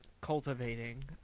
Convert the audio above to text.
cultivating